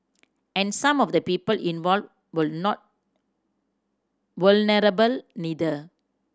and some of the people involved would not vulnerable either